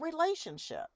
relationship